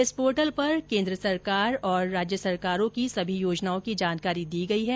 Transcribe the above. इस पोर्टल पर केन्द्र सरकार और राज्य सरकारों की सभी योजनाओं की जानकारी दी गई है